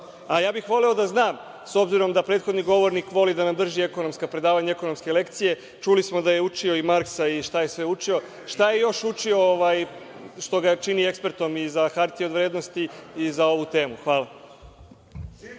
bih voleo da znam, s obzirom da prethodni govornik voli da nam drži ekonomska predavanja i ekonomske lekcije, čuli smo da je učio i Marksa i šta je sve učio, šta je još učio što ga čini ekspertom i za hartije od vrednosti i za ovu temu? Hvala.